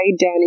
down